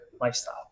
lifestyle